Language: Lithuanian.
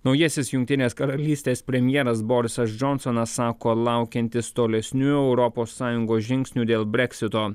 naujasis jungtinės karalystės premjeras borisas džonsonas sako laukiantis tolesnių europos sąjungos žingsnių dėl breksito